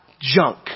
junk